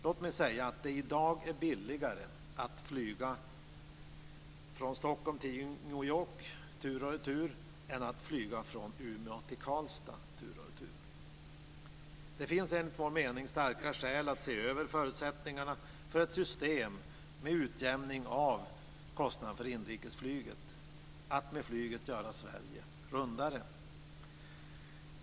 Låt mig säga att det i dag är billigare att flyga från Stockholm till New York tur och retur än från Umeå till Karlstad tur och retur. Det finns enligt vår mening starka skäl för att se över förutsättningarna för ett system med utjämning av kostnaderna för inrikesflyget, att med flyget göra Sverige rundare.